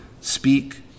Speak